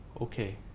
Okay